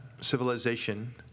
Civilization